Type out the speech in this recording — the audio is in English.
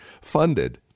funded